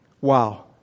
Wow